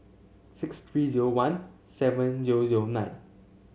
six three zero one seven zero zero nine